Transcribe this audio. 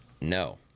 No